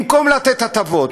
במקום לתת הטבות,